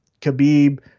Khabib